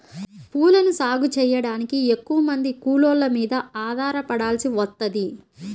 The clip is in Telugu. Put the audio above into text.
పూలను సాగు చెయ్యడానికి ఎక్కువమంది కూలోళ్ళ మీద ఆధారపడాల్సి వత్తది